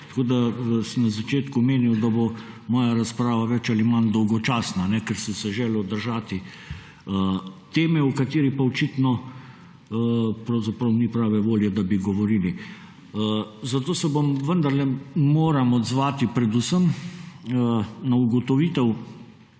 tako da, sem na začetku omenil, da bo moja razprava več ali manj dolgočasna. Ker sem se želel držati teme, o kateri pa očitno pravzaprav ni prave volje, da bi govorili. Zato se vendarle moram odzvati predvsem na ugotovitev,